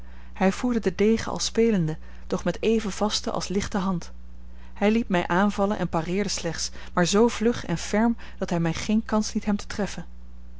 hij voerde den degen al spelende doch met even vaste als lichte hand hij liet mij aanvallen en pareerde slechts maar zoo vlug en ferm dat hij mij geen kans liet hem te treffen